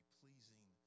pleasing